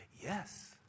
Yes